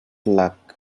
luck